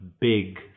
big